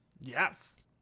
yes